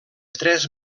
tres